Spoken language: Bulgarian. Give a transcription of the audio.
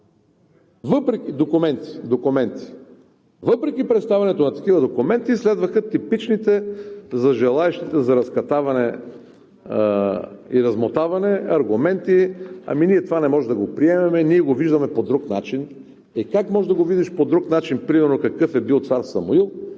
Въпреки представянето на такива документи, следваха типичните за желаещите за разтакаване и размотаване аргументи: ами ние това не можем да го приемем, ние го виждаме по друг начин! Е как можеш да видиш по друг начин – примерно какъв е цар Самуил,